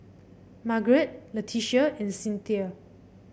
Margeret Leticia and Cynthia